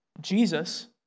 Jesus